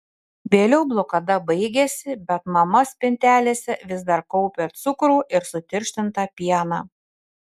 vėliau blokada baigėsi bet mama spintelėse vis dar kaupė cukrų ir sutirštintą pieną